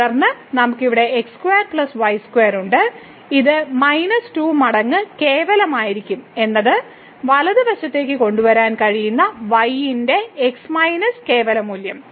തുടർന്ന് നമുക്ക് ഇവിടെ x square plus y square ഉണ്ട് ഇത് മൈനസ് 2 മടങ്ങ് കേവലമായിരിക്കും എനിക്ക് വലതുവശത്തേക്ക് കൊണ്ടുവരാൻ കഴിയുന്ന y ന്റെ x മൈനസ് കേവല മൂല്യം